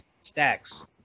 stacks